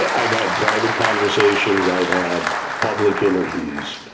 ah i've had private conversations, i've had public interviews,